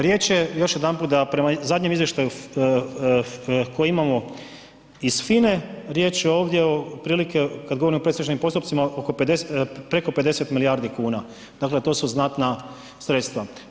Riječ je, još jedanput da, prema zadnjem izvještaju kojeg imamo iz FINA-e riječ je ovdje otprilike, kad govorimo o predstečajnim postupcima, oko 50, preko 50 milijardi kuna, dakle to su znatna sredstva.